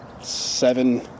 seven